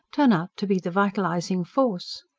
turn out to be the vitalising force?